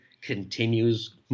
continues